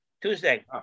Tuesday